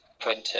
printer